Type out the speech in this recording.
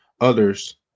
others